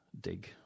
dig